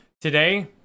Today